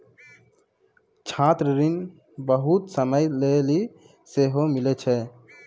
छात्र ऋण बहुते समय लेली सेहो मिलै छै